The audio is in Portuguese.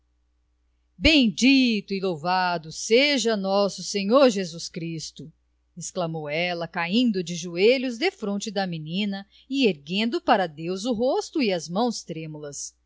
lavadeira bendito e louvado seja nosso senhor jesus cristo exclamou ela caindo de joelhos defronte da menina e erguendo para deus o rosto e as mãos trêmulas